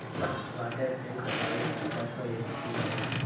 water frame कताई साँचा क एक किसिम होला